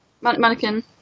Mannequin